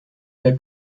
der